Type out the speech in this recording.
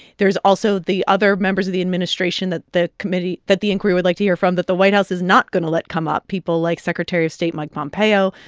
there's also the other members of the administration that the committee that the inquiry would like to hear from that the white house is not going to let come up, people like secretary of state mike pompeo,